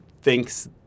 thinks